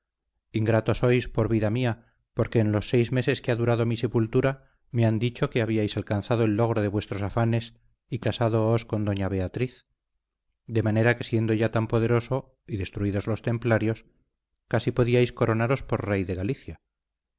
ingrato sois por vida mía porque en los seis meses que ha durado mi sepultura me han dicho que habíais alcanzado el logro de vuestros afanes y casádoos con doña beatriz de manera que siendo ya tan poderoso y destruidos los templarios casi podíais coronaros por rey de galicia